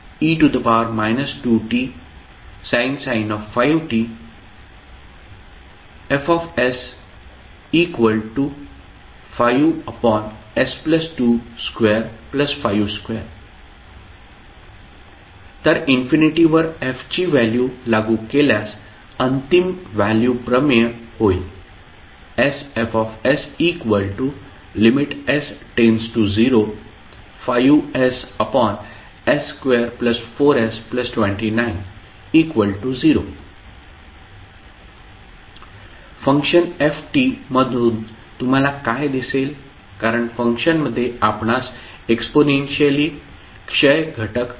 fte 2tsin 5t↔Fs5s2252 तर इन्फिनिटीवर f ची व्हॅल्यू लागू केल्यास अंतिम व्हॅल्यू प्रमेय होईल sFs s→05ss24s290 फंक्शन f मधून तुम्हाला काय दिसेल कारण फंक्शनमध्ये आपणास एक्सपोनेन्शियली क्षय घटक आहे